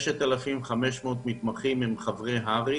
6,500 מתוכם הם חברי הר"י.